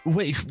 Wait